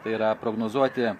tai yra prognozuoti